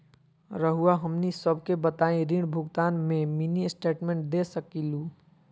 रहुआ हमनी सबके बताइं ऋण भुगतान में मिनी स्टेटमेंट दे सकेलू?